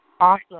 Awesome